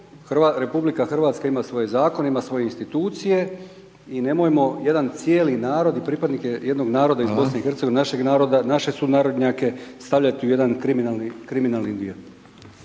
sferu. RH ima svoje zakone, ima svoje institucije i nemojmo jedan cijeli narod i pripadnike jednog naroda iz BiH, našeg naroda, naše sunarodnjake stavljati u jedan kriminalni dio.